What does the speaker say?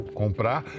comprar